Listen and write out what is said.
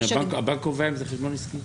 הבנק קובע אם זה חשבון עסקי?